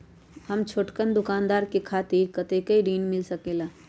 हम छोटकन दुकानदार के खातीर कतेक ऋण मिल सकेला?